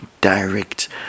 direct